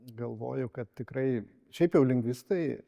galvoju kad tikrai šiaip jau lingvistai